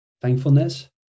Thankfulness